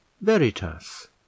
veritas